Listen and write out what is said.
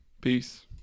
Peace